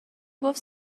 گفت